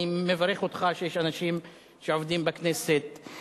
אני מברך אותך שיש אנשים שעובדים בכנסת,